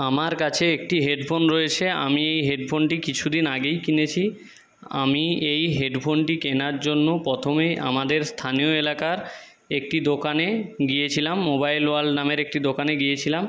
আমার কাছে একটি হেডফোন রয়েছে আমি এই হেডফোনটি কিছু দিন আগেই কিনেছি আমি এই হেডফোনটি কেনার জন্য প্রথমে আমাদের স্থানীয় এলাকার একটি দোকানে গিয়েছিলাম মোবাইল ওয়ার্ল্ড নামের একটি দোকানে গিয়েছিলাম